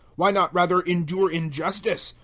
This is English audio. why not rather endure injustice?